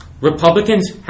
Republicans